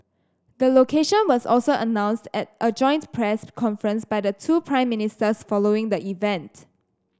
the location was also announced at a joint press conference by the two Prime Ministers following the event